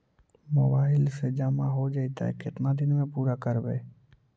Mobile से जामा हो जैतय, केतना दिन में पुरा करबैय?